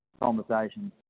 conversation